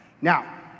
Now